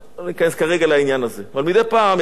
אבל מדי פעם יצא לי לראות כל מיני ערוצי תקשורת.